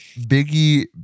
biggie